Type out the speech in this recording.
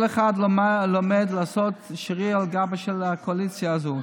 כל אחד לומד לעשות שריר על גבה של הקואליציה הזו.